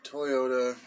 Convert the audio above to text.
Toyota